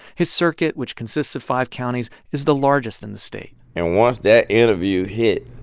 his circuit, which consists of five counties, is the largest in the state and once that interview hit,